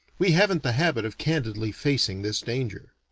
we haven't the habit of candidly facing this danger.